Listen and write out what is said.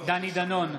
דני דנון,